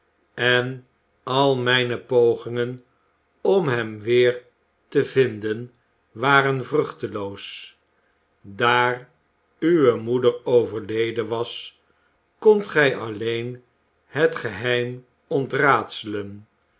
en al mijne pogingen om hem weer te vinden waren vruchieloos daar uwe moeder overleden was kondt gij alleen het geheim